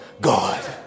God